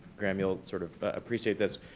graeme, you'll sort of appreciate this.